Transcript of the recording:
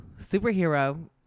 superhero